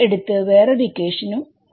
എടുത്ത് വേറൊരു ഇക്വേഷൻ ഉം